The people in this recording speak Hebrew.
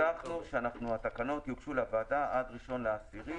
הבטחנו שהתקנות יוגשו לוועדה עד הראשון באוקטובר.